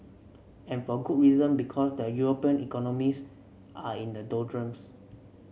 and for good reason because the European economies are in the doldrums